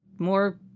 more